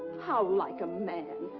how like a man!